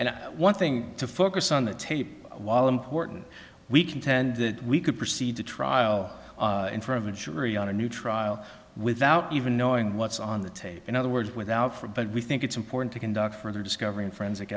and one thing to focus on the tape while important we contend that we could proceed to trial in for of a jury on a new trial without even knowing what's on the tape in other words without for but we think it's important to conduct further discovery in forensic